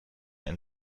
eine